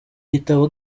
gitabo